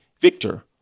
Victor